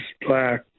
black